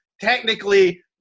technically